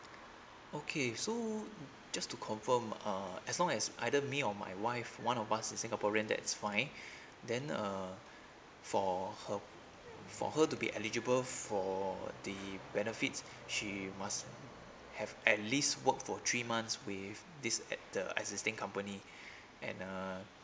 okay so just to confirm uh as long as either me or my wife one of us is singaporean that is fine then uh for her for her to be eligible for the benefits she must have at least work for three months with this at the existing company and uh